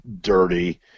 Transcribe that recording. dirty